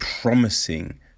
promising